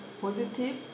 positive